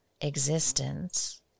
existence